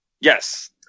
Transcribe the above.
Yes